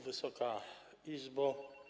Wysoka Izbo!